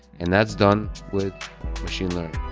and that's done with machine learning.